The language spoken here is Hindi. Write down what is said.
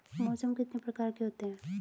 मौसम कितने प्रकार के होते हैं?